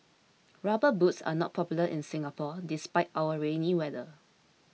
rubber boots are not popular in Singapore despite our rainy weather